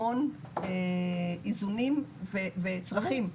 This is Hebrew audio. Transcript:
המון איזונים וצרכים.